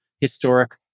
historic